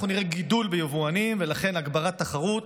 אנחנו נראה גידול ביבואנים ולכן הגברת תחרות,